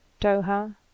Doha